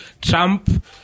Trump